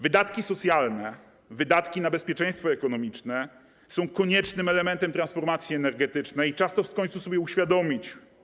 Wydatki socjalne, wydatki na bezpieczeństwo ekonomiczne są koniecznym elementem transformacji energetycznej i czas to w końcu sobie uświadomić.